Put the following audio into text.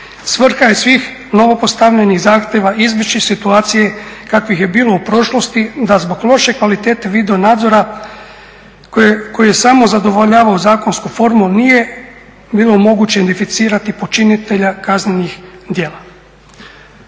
Svrha je svih novo postavljenih zahtjeva izbjeći situacije kakvih je bilo u prošlosti da zbog lošije kvalitete video-nadzora koji je samo zadovoljavao zakonsku formu nije bilo moguće identificirati počinitelja kaznenih djela.